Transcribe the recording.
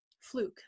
fluke